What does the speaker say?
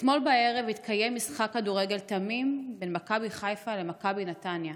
אתמול בערב התקיים משחק כדורגל תמים בין מכבי חיפה למכבי נתניה.